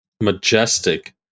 Majestic